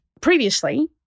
previously